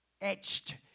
etched